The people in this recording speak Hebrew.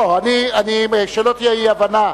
שלא תהיה אי-הבנה,